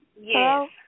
Yes